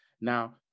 Now